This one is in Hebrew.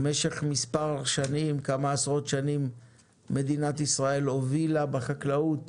במשך כמה עשרות שנים מדינת ישראל הובילה בחקלאות